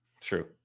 true